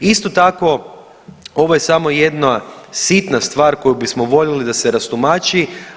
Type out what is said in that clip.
Isto tako, ovo je samo jedna sitna stvar koju bismo voljeli da se rastumači.